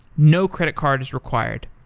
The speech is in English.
no credit card is required.